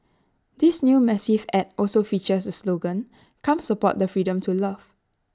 this new massive Ad also features the slogan come support the freedom to love